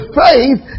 faith